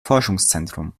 forschungszentrum